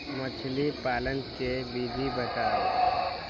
मछली पालन के विधि बताऊँ?